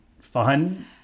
fun